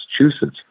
Massachusetts